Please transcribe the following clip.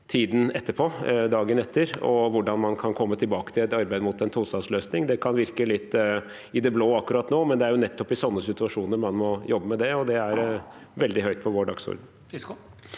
tiden etterpå, dagen etter, og hvordan man kan komme tilbake til et arbeid mot en tostatsløsning. Det kan virke litt i det blå akkurat nå, men det er nettopp i sånne situasjoner man må jobbe med det, og det er veldig høyt på vår dagsorden.